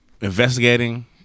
investigating